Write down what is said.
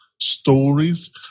stories